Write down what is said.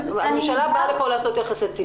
הממשלה באה לפה לעשות יחסי ציבור.